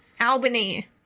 Albany